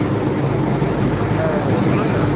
হ্যাঁ না শুনুন না